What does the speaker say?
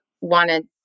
wanted